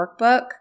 workbook